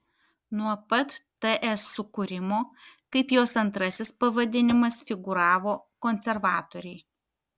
nuo pat ts sukūrimo kaip jos antrasis pavadinimas figūravo konservatoriai